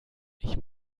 ich